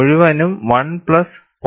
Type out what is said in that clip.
മുഴുവനും 1 പ്ലസ് 0